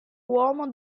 uomo